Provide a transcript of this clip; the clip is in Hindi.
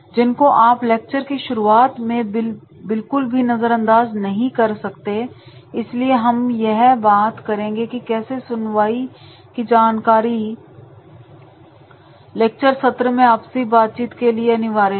जिसको आप लेक्चर की शुरुआत में बिल्कुल भी नजरअंदाज नहीं कर सकते इसलिए हम यह बात करेंगे कि कैसे सुनवाई की जानकारी लेक्चर सत्र में आपसी बातचीत के लिए अनिवार्य हैं